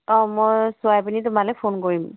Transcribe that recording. অঁ মই চোৱাই পিনি তোমালৈ ফোন কৰিম